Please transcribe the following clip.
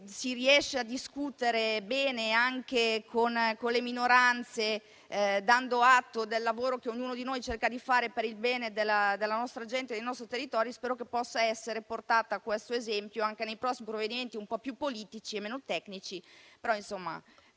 si riesce a discutere bene anche con le minoranze, dando atto del lavoro che ognuno di noi cerca di fare per il bene della nostra gente e del nostro territorio, possa essere portato ad esempio anche nei prossimi provvedimenti, un po' più politici e meno tecnici.